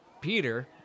Peter